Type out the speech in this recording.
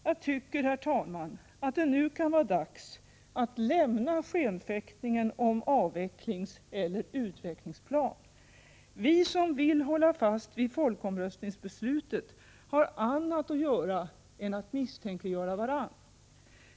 Jag tycker, herr talman, att det nu kan vara dags att lämna skenfäktningen om avvecklingseller utvecklingsplan. Vi som vill hålla fast vid folkomröstningsbeslutet har annat att göra än att misstänkliggöra varandra.